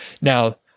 Now